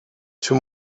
two